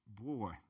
boy